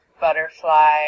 butterfly